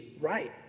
Right